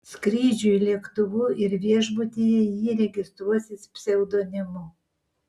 skrydžiui lėktuvu ir viešbutyje ji registruosis pseudonimu